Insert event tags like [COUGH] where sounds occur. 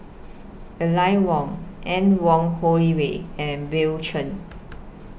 Aline Wong Anne Wong [UNINTELLIGIBLE] and Bill Chen